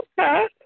Okay